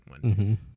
one